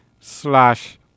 slash